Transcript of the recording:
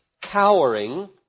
cowering